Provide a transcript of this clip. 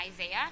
Isaiah